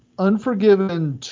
Unforgiven